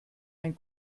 ein